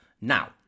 Now